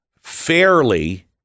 fairly